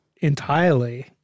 entirely